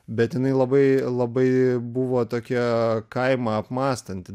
bet jinai labai labai buvo tokia kaimą apmąstanti